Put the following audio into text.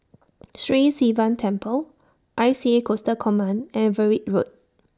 Sri Sivan Temple I C A Coastal Command and Everitt Road